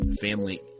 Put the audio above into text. family